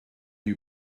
you